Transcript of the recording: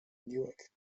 newark